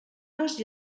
les